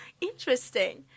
Interesting